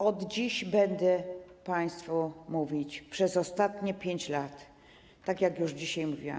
Od dziś będę państwu mówić: przez ostatnie 5 lat, tak jak już dzisiaj mówiłam.